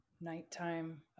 Nighttime